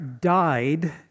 died